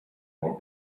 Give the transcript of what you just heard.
more